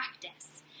practice